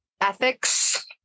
ethics